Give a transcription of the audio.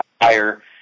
higher